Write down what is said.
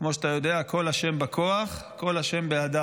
כמו שאתה יודע, "קול ה' בכֹח, קול ה' בהדר"